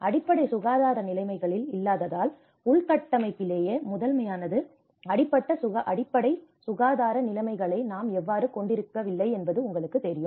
அடிப்படை சுகாதார நிலைமைகள் இல்லாததால் உள்கட்டமைப்பிலேயே முதன்மையானது அடிப்படை சுகாதார நிலைமைகளை நாம் எவ்வாறு கொண்டிருக்கவில்லை என்பது உங்களுக்குத் தெரியும்